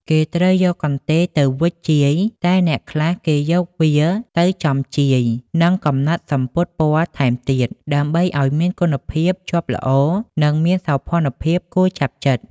គេត្រូវយកកន្ទេលទៅវេចជាយ តែអ្នកខ្លះគេយកវាទៅចំជាយនឹងកំណាត់សំពត់ពណ៌ថែមទៀត ដើម្បីអោយមានគុណភាពជាប់ល្អ និងមានសោភ័ណគួរចាប់ចិត្ត ។